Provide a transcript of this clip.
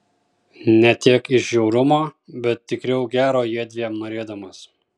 ne tiek iš žiaurumo bet tikriau gero jiedviem norėdamas